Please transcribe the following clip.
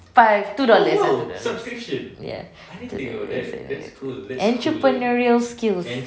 five two dollars ya entrepreneurial skills